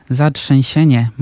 zatrzęsienie